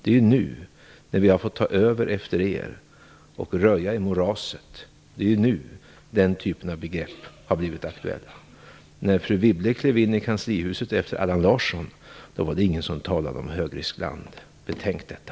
Det är nu, när vi har fått ta över efter er och röja i moraset, som den typen av begrepp har blivit aktuella. Larsson var det ingen som talade om högriskland. Betänk detta!